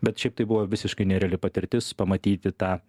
bet šiaip tai buvo visiškai nereali patirtis pamatyti tą